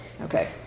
okay